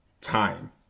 time